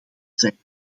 zijn